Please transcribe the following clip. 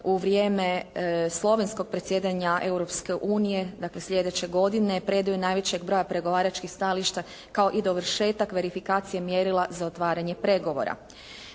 u vrijeme slovenskog predsjedanja Europske unije, dakle sljedeće godine, predaje najvećeg broja pregovaračkih stajališta kao i dovršetak verifikacije mjerila za otvaranje pregovora.